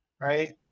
right